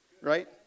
right